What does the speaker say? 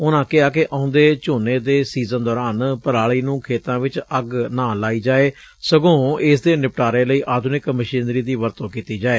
ਉਨੂਾ ਕਿਹਾ ਕਿ ਆਉਂਦੇ ਝੋਨੇ ਦੇ ਸੀਜ਼ਨ ਦੌਰਾਨ ਪਰਾਲੀ ਨੂੰ ਖੇਤਾਂ ਵਿਚ ਅੱਗ ਨਾ ਲਾਈ ਜਾਏ ਸਗੋਂ ਇਸ ਦੇ ਨਿਪਟਾਰੇ ਲਈ ਆਧੁਨਿਕ ਮਸ਼ੀਨਰੀ ਦੀ ਵਰਤੋਂ ਕੀਤੀ ਜਾਏ